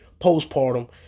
postpartum